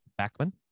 Backman